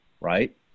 right